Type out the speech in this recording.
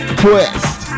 twist